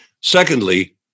Secondly